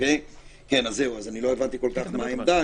לא הבנתי כל כך מה העמדה.